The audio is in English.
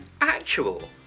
actual